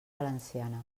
valenciana